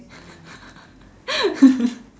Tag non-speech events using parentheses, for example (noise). (laughs)